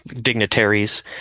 dignitaries